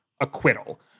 acquittal